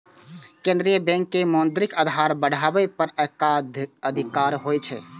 केंद्रीय बैंक के मौद्रिक आधार बढ़ाबै पर एकाधिकार होइ छै